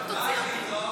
תוציאי אותי.